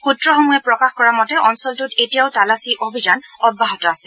সূত্ৰসমূহে প্ৰকাশ কৰা মতে অঞ্চলটোত এতিয়াও তালাচী অভিযান অব্যাহত আছে